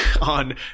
on